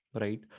Right